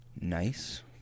nice